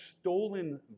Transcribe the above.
stolen